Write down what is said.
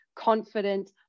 confident